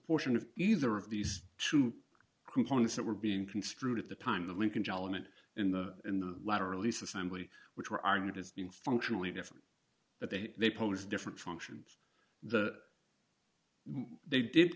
portion of either of these two components that were being construed at the time the lincoln jalen it in the in the latter release assembly which were argued as being functionally different but they they pose different functions that they did